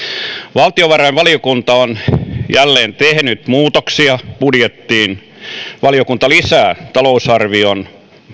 valtiovarainvaliokunta on jälleen tehnyt muutoksia budjettiin valiokunta lisää talousarvion